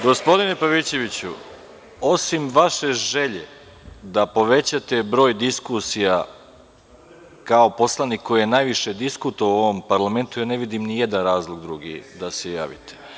Gospodine Pavićeviću osim vaše želje da povećate broj diskusija kao poslanik koji je najviše diskutovao u ovom parlamentu, ne vidim nijedan razlog da se javite.